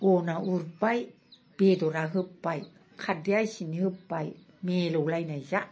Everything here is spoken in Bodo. अना उरबाय बेदरा होबाय खारदैया इसिनि होबाय मेलौलायनाय जा